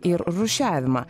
ir rūšiavimą